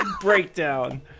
breakdown